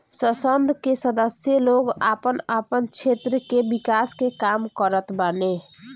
संसद कअ सदस्य लोग आपन आपन क्षेत्र कअ विकास के काम करत बाने